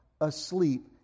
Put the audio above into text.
asleep